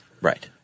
right